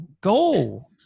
Go